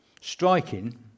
striking